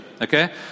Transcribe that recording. Okay